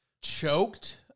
choked